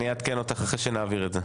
אני אעדכן אותך אחרי שנעביר את זה.